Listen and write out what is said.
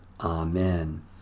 Amen